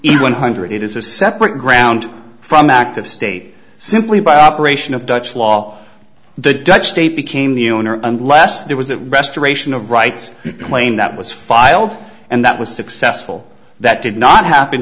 each one hundred it is a separate ground from active state simply by operation of dutch law the dutch state became the owner unless there was a restoration of rights claim that was filed and that was successful that did not happen